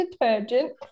detergent